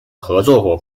合作